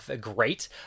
great